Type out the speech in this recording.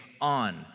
on